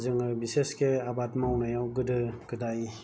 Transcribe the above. जोङो बिसेसके आबाद मावनायाव गोदो गोदाय